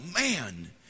man